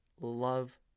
love